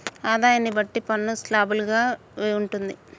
ఆదాయాన్ని బట్టి పన్ను స్లాబులు గా ఉంటుంది